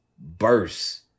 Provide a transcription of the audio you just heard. burst